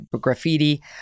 graffiti